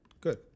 Good